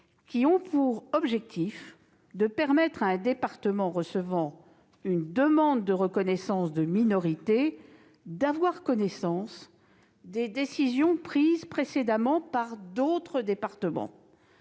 qui a pour objectif de permettre à un département recevant une demande de reconnaissance de minorité d'avoir connaissance des décisions déjà prises par d'autres départements